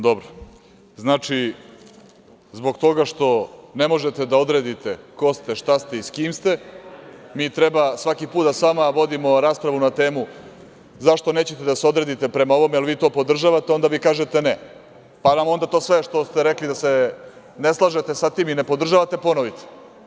Dobro, znači zbog toga što ne možete da odredite ko ste, šta ste i s kim ste, mi treba svaki put da sa vama vodimo raspravu na temu zašto nećete da se odredite prema ovome, jel vi to podržavate, onda vi kažete – ne, pa nam onda to sve što rekli da se ne slažete sa tim i ne podržavate, ponovite.